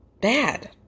bad